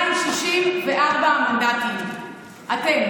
יוראי להב הרצנו (יש עתיד): שבעה מנדטים ואפס כתבי אישום.